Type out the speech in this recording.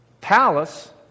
palace